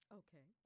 okay